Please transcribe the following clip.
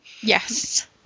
Yes